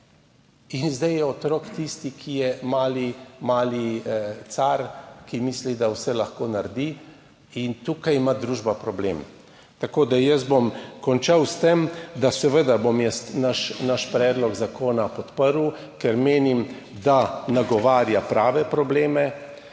in zdaj je otrok tisti, ki je mali car, ki misli, da vse lahko naredi. In tukaj ima družba problem. Tako da bom jaz končal s tem, da bom jaz seveda naš predlog zakona podprl, ker menim, da nagovarja prave probleme.